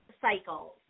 cycles